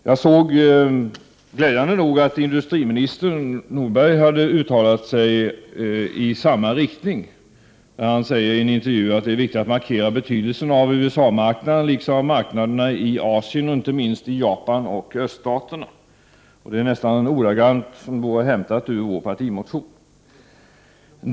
Jag såg glädjande nog att industriminister Nordberg hade uttalat sig i samma riktning. Han säger i en intervju att det är viktigt att markera betydelsen av USA-marknaden liksom av marknaderna i Asien och inte minst i Japan och öststaterna. Det är nästan ordagrant som vore det hämtat ur vår partimotion.